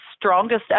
strongest